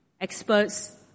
experts